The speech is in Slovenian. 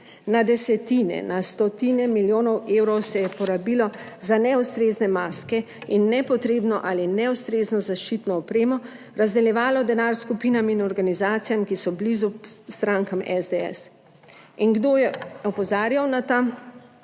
Na desetine, na stotine milijonov evrov se je porabilo za neustrezne maske in nepotrebno ali neustrezno zaščitno opremo, razdeljevalo denar skupinam in organizacijam, ki so blizu strankam SDS. In kdo je opozarjal na ta,